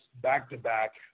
back-to-back